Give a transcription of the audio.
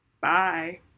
Bye